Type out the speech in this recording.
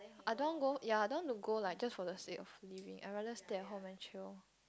I don't want go ya I don't want to go like just for the sake of leaving I rather stay at home and chill